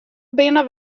binne